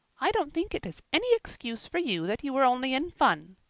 i don't think it is any excuse for you that you were only in fun.